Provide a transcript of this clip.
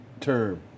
term